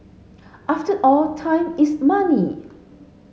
after all time is money